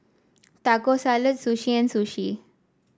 Taco Salad Sushi and Sushi